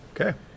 Okay